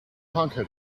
conquer